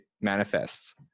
manifests